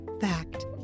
fact